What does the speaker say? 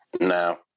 No